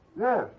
Yes